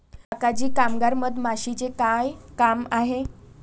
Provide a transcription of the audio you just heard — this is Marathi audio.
काका जी कामगार मधमाशीचे काय काम आहे